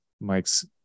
Mike's